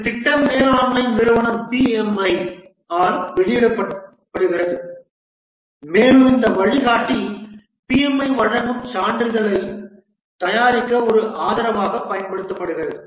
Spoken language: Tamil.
இது திட்ட மேலாண்மை நிறுவனம் PMI ஆல் வெளியிடப்படுகிறது மேலும் இந்த வழிகாட்டி PMI வழங்கும் சான்றிதழைத் தயாரிக்க ஒரு ஆதரவாகப் பயன்படுத்தப்படுகிறது